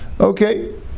Okay